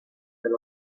del